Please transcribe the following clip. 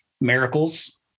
Miracles